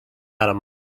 adam